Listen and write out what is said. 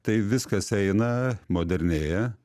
tai viskas eina modernėja